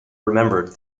remembered